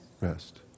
rest